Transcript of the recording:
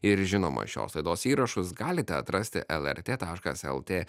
ir žinoma šios laidos įrašus galite atrasti lrt taškas lt